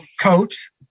coach